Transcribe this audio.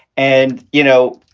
and, you know,